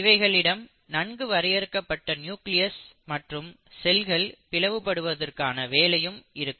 இவைகளிடம் நன்கு வரையறுக்கப்பட்ட நியூக்ளியஸ் மற்றும் செல்கள் பிளவு படுவதற்கான வேலையும் இருக்கும்